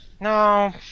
No